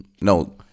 No